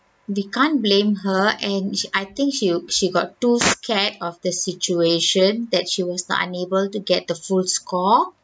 they can't blame her and she I think she she got too scared of the situation that she was not unable to get the full score